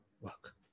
work